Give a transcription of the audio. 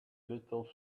little